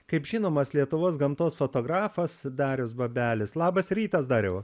kaip žinomas lietuvos gamtos fotografas darius babelis labas rytas dariau